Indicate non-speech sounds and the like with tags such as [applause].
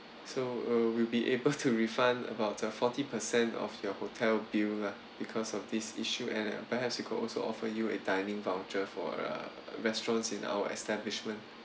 so we'll be able to [laughs] refund about the forty percent of your hotel bill lah because of this issue and perhaps we could also offer you a dining voucher for uh restaurants in our establishment